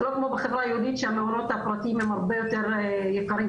זה לא כמו בחברה היהודית שהמעונות הפרטיים הם הרבה יותר יקרים,